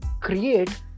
create